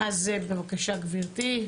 בבקשה, גברתי.